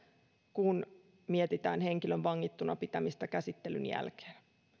kun mietitään henkilön vangittuna pitämistä käsittelyn jälkeen